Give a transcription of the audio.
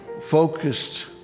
focused